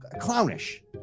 clownish